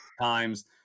times